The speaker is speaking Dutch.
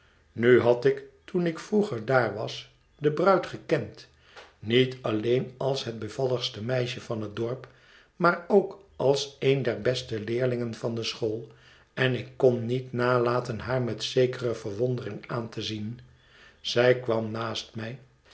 nu had ik toen ik vroeger daar was de bruid gekend niet alleen als het bevalligste meisje van het dorp maar ook als een der beste leerlingen van de school en ik kon niet nalaten haar met zekere verwondering aan te zien zij kwam naast mij